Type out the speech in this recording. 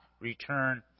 return